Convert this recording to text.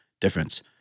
difference